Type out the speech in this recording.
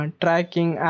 tracking